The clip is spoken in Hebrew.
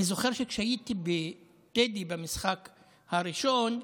אני זוכר שכשהייתי בטדי, במשחק הראשון,